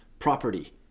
Property